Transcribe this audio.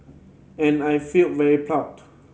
and I felt very proud